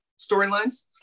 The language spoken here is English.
storylines